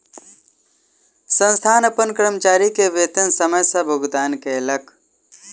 संस्थान अपन कर्मचारी के वेतन समय सॅ भुगतान कयलक